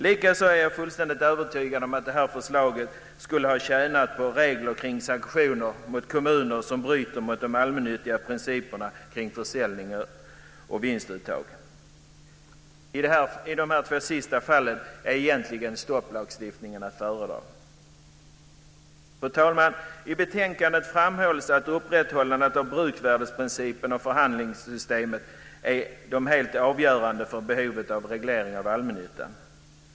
Likaså är jag fullständigt övertygad om att förslaget skulle ha tjänat på regler om sanktioner mot kommuner som bryter mot de allmänna principerna kring försäljning och vinstuttag. I de här fallen är stopplagstiftningen egentligen att föredra. Fru talman! I betänkandet framhålls att upprätthållandet av bruksvärdesprincipen och förhandlingssystemet är helt avgörande för behovet av en reglering av allmännyttan.